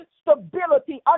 stability